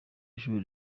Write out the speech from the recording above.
ishuri